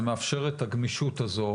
זה מאפשר את הגמישות הזו,